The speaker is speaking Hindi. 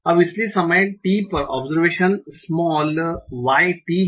अब इसलिए समय t पर ओबसरवेशन स्माल y t है